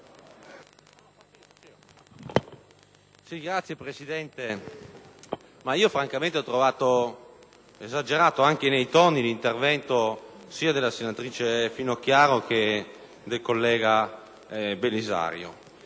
Signor Presidente, francamente ho trovato esagerati, anche nei toni, gli interventi della senatrice Finocchiaro e del collega Belisario.